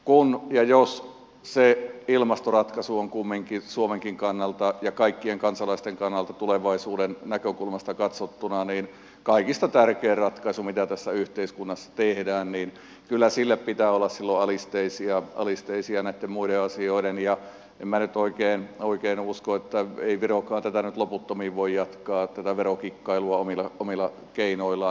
kun ja jos se ilmastoratkaisu on kumminkin suomenkin kannalta ja kaikkien kansalaisten kannalta tulevaisuuden näkökulmasta katsottuna kaikista tärkein ratkaisu mitä tässä yhteiskunnassa tehdään niin kyllä sille pitää olla silloin alisteisia näitten muiden asioiden ja en minä nyt oikein usko ei virokaan nyt loputtomiin voi jatkaa tätä verokikkailua omilla keinoillaan